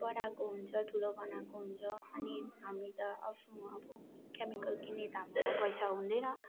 बनाएको हुन्छ ठुलो बनाएको हुन्छ अनि हामी त आफ्नो अब केमिकल किन्ने त हाम्रोमा पैसा हुँदैन